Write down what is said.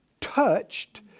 touched